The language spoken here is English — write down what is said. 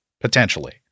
potentially